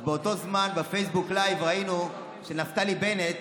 אז באותו זמן, בפייסבוק לייב, ראינו שנפתלי בנט